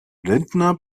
lindner